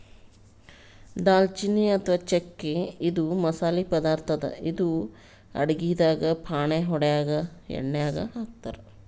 ದಾಲ್ಚಿನ್ನಿ ಅಥವಾ ಚಕ್ಕಿ ಇದು ಮಸಾಲಿ ಪದಾರ್ಥ್ ಅದಾ ಇದು ಅಡಗಿದಾಗ್ ಫಾಣೆ ಹೊಡ್ಯಾಗ್ ಎಣ್ಯಾಗ್ ಹಾಕ್ತಾರ್